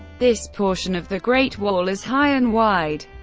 this portion of the great wall is high and wide.